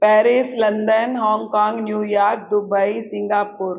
Paris London Hong Kong New York Dubai Singapore